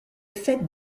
fait